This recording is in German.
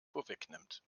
vorwegnimmt